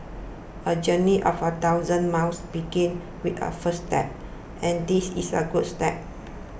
a journey of a thousand miles begins with a first step and this is a good step